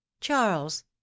charles